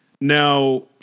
Now